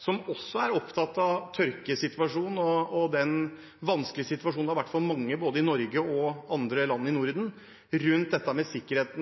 som også er opptatt av tørkesituasjonen og den vanskelige situasjonen som har vært for mange – både i Norge og i andre land i Norden – rundt dette med sikkerhet,